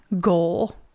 goal